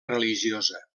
religiosa